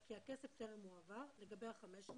כי הכסף טרם הועבר לגבי ה-500,